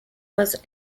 was